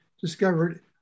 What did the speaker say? Discovered